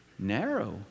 Narrow